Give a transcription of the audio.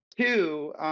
two